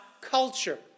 culture